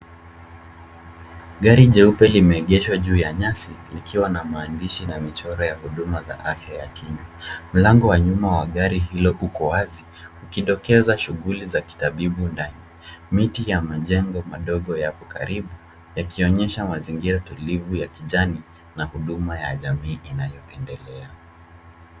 Gari jeupe limeegeshwa juu ya nyasi likiwa na maandishi na michoro ya huduma za afya ya kina. Mlango wa nyuma wa gari hilo uko wazi ukidokeza shughuli za kitabibu ndani. Miti na majengo madogo yako karibu yakionyesha mazingira tulivu ya kijani na huduma ya jamii inayoendelea.